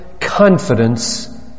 confidence